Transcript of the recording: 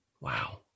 Wow